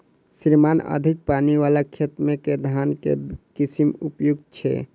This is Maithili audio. श्रीमान अधिक पानि वला खेत मे केँ धान केँ किसिम उपयुक्त छैय?